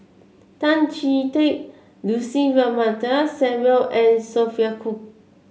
Tan Chee Teck Lucy Ratnammah Samuel and Sophia Cooke